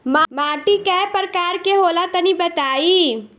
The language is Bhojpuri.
माटी कै प्रकार के होला तनि बताई?